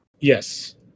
Yes